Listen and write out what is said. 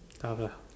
tough lah